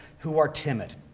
who are timid.